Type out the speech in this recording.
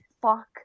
fuck